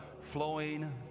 flowing